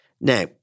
Now